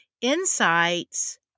insights